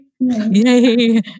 Yay